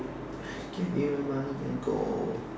give me my money and go